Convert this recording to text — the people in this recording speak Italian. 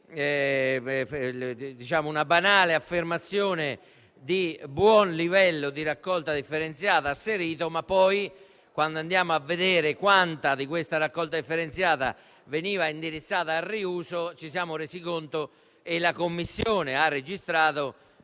una banale affermazione di buon livello di raccolta differenziata asserito, ma poi, andando a vedere quanta di questa raccolta differenziata veniva indirizzata al riuso, la Commissione ha registrato